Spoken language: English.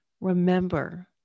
Remember